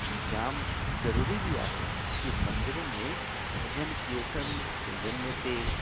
हीअ जाम ज़रूरी बि आहे की मंदिरूनि में भॼनु कीर्तन सिंधीयुनि में थिए